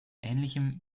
ähnlichem